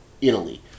Italy